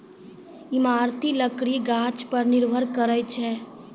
इमारती लकड़ी गाछ पर निर्भर करै छै